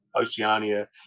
Oceania